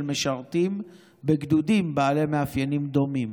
משרתים בגדודים בעלי מאפיינים דומים.